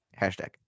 hashtag